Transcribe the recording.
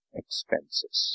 expenses